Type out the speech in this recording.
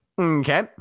Okay